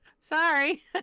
Sorry